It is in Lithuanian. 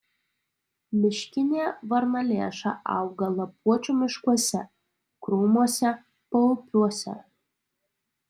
miškinė varnalėša auga lapuočių miškuose krūmuose paupiuose